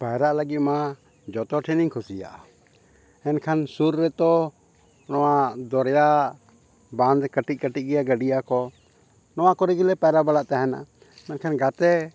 ᱯᱟᱭᱨᱟᱜ ᱞᱟᱹᱜᱤᱫ ᱢᱟ ᱡᱚᱛᱚ ᱴᱷᱮᱱᱤᱧ ᱠᱩᱥᱤᱭᱟᱜᱼᱟ ᱮᱱᱠᱷᱟᱱ ᱥᱩᱨ ᱨᱮᱛᱚ ᱱᱚᱣᱟ ᱫᱚᱨᱭᱟ ᱵᱟᱸᱫᱷ ᱠᱟᱹᱴᱤᱡ ᱠᱟᱹᱴᱤᱡ ᱜᱮᱭᱟ ᱜᱟᱹᱰᱤᱭᱟᱹ ᱠᱚ ᱱᱚᱣᱟ ᱠᱚᱨᱮ ᱜᱮᱞᱮ ᱯᱟᱭᱨᱟ ᱵᱟᱲᱟᱜ ᱛᱟᱦᱮᱱᱟ ᱢᱮᱱᱠᱷᱟᱱ ᱜᱟᱛᱮ